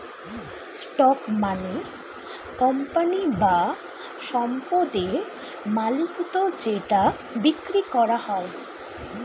stock মানে company বা সম্পদের মালিকত্ব যেটা বিক্রি করা যায়